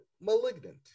Malignant